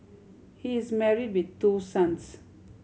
he is married with two sons